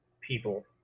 people